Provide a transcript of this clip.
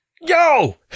yo